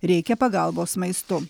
reikia pagalbos maistu